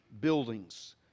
buildings